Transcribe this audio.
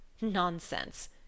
Nonsense